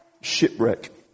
shipwreck